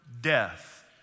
death